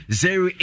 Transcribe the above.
zero